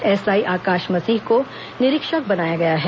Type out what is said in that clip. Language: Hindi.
एसआई आकाश मसीह को निरीक्षक बनाया गया है